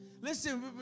Listen